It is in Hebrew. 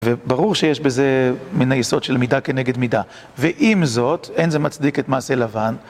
וברור שיש בזה מן היסוד של מידה כנגד מידה. ועם זאת, אין זה מצדיק את מעשה לבן.